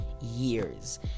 years